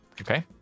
Okay